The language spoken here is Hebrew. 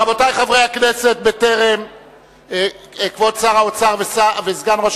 רבותי חברי הכנסת, כבוד שר האוצר וסגן ראש